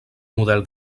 model